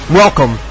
welcome